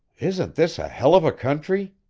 isn't this a hell of a country?